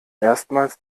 erstmals